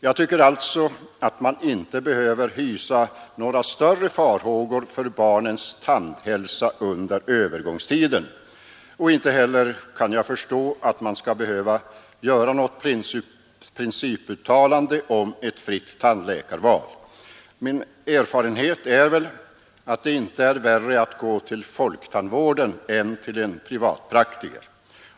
Jag tycker alltså att man inte behöver hysa några större farhågor för barnens tandhälsa under övergångstiden. Och inte heller kan jag förstå att man skall behöva något principuttalande om ett fritt tandläkarval. Min erfarenhet är väl att det inte är värre att gå till folktandvården än till en privatpraktiker.